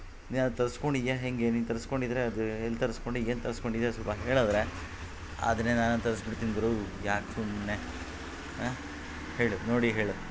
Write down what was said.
ನೀ ಅದು ತರಿಸ್ಕೊಂಡಿದ್ಯಾ ಹೆಂಗೆ ನೀನು ತರಿಸ್ಕೊಂಡಿದ್ರೆ ಅದು ಎಲ್ಲಿ ತರಿಸ್ಕೊಂಡೆ ಏನು ತರಿಸ್ಕೊಂಡಿದ್ಯಾ ಸ್ವಲ್ಪ ಹೇಳಿದ್ರೆ ಅದನ್ನೇ ನಾನು ತರಿಸಿಬಿಡ್ತೀನಿ ಗುರು ಯಾಕೆ ಸುಮ್ನೆ ಹೇಳು ನೋಡಿ ಹೇಳು